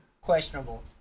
Questionable